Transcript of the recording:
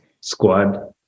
squad